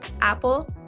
Apple